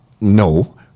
no